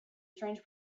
strange